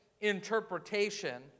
interpretation